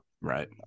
Right